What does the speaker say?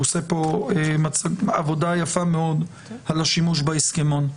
הוא עושה פה עבודה יפה מאוד על השימוש באיסקימון.